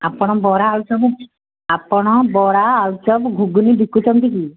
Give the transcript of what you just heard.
ଆପଣ ବରା ଅଳୁଚପ ଆପଣ ବରା ଅଳୁଚପ ଘୁଗୁନି ବିକୁଛନ୍ତି କି